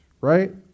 right